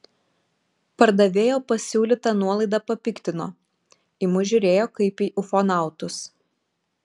pardavėjo pasiūlyta nuolaida papiktino į mus žiūrėjo kaip į ufonautus